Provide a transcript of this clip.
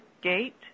Gate